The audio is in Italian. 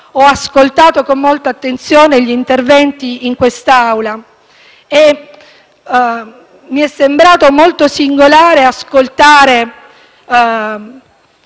Ho ascoltato con molta attenzione gli interventi in quest'Aula e mi è sembrato molto singolare ascoltare